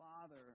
father